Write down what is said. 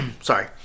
Sorry